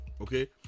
okay